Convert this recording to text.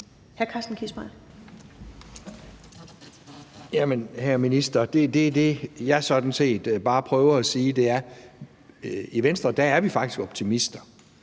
hr. minister, det, jeg sådan set bare prøver at sige, er, at i Venstre er vi faktisk optimister,